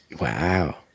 Wow